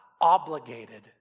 obligated